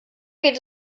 geht